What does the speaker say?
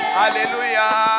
hallelujah